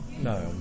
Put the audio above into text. No